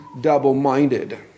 double-minded